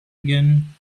again